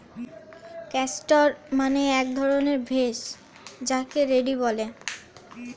castor মানে এক ধরণের ভেষজ যাকে রেড়ি বলে